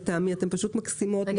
פשוט מקסימות.